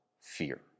fear